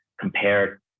compare